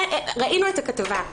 ראינו את הכתבה.